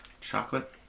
Chocolate